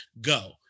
go